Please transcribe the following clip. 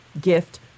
gift